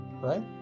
right